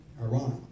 Ironically